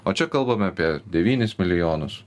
o čia kalbame apie devynis milijonus